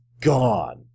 Gone